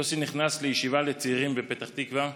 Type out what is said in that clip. יוסי נכנס לישיבה לצעירים בפתח תקווה,